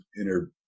inner